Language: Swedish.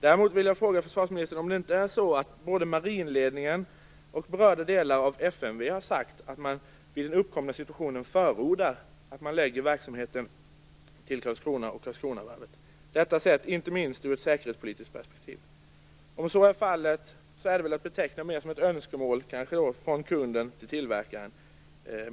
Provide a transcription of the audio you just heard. Däremot vill jag fråga försvarsministern om inte både marinledningen och berörda delar av FMV har sagt att de i den uppkomna situationen förordar att man förlägger verksamheten till Karlskronavarvet - inte minst sett ur ett säkerhetspolitiskt perspektiv. Om så är fallet är det väl att beteckna mer som ett önskemål än ett krav från kunden till tillverkaren.